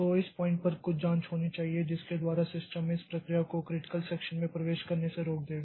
तो इस पॉइंट पर कुछ जांच होनी चाहिए जिसके द्वारा सिस्टम इस प्रक्रिया को क्रिटिकल सेक्षन में प्रवेश करने से रोक देगा